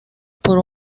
por